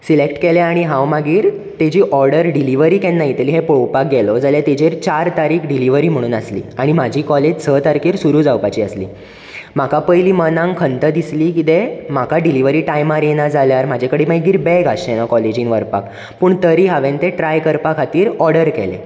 select केले आनी हांव मागीर तेजी ऑर्डर डिलीवरी केन्ना येतली ही पळोवपाक गेलो जाल्यार ताजेर चार तारीख डिलिवरी म्हणून आसली आनी म्हाजी कॉलेज स तारखेर सुरू जावपाची आसली म्हाका पयली मनांक खंत दिसली कितें म्हाका डिलीवरी टायमार येना जाल्यार म्हाजे कडेन मागीर बॅग आसचें ना कॉलेजीन व्हरपाक पूण तरी हांवेन ते ट्राय करपा खातीर ऑर्डर केलें